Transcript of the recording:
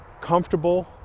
comfortable